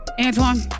Antoine